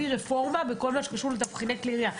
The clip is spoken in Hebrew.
רפורמה בכל מה שקשור לתבחיני כלי ירייה.